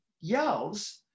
yells